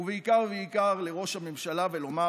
ובעיקר בעיקר לראש הממשלה, ולומר